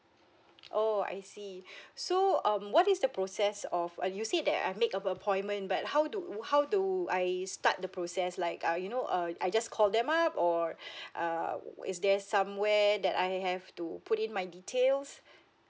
oh I see so um what is the process of uh you've said that I make a a appointment but how do how do I start the process like err you know uh I just call them up or err is there somewhere that I have to put in my details